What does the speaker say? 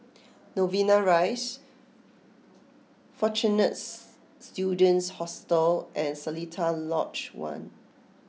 Novena Rise Fortune's Students Hostel and Seletar Lodge One